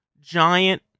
giant